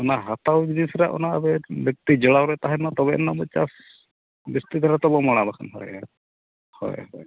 ᱚᱱᱟ ᱦᱟᱛᱟᱣ ᱡᱤᱱᱤᱥ ᱨᱮᱭᱟᱜ ᱚᱱᱟ ᱟᱯᱮ ᱞᱟᱹᱠᱛᱤ ᱡᱚᱲᱟᱣ ᱨᱮ ᱛᱟᱦᱮᱱ ᱢᱟ ᱛᱚᱵᱮ ᱟᱱᱟᱝ ᱜᱮ ᱪᱟᱥ ᱡᱟᱹᱥᱛᱤ ᱫᱷᱟᱨᱟ ᱦᱳᱭ ᱦᱳᱭ